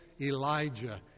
Elijah